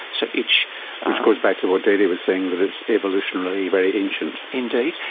so which which goes back to what dedee was saying, that it's evolutionarily very ancient. indeed.